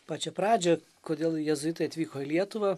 pačią pradžią kodėl jėzuitai atvyko į lietuvą